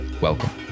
Welcome